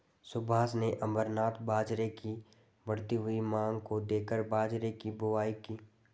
सुभाष ने अमरनाथ बाजरे की बढ़ती हुई मांग को देखकर बाजरे की बुवाई की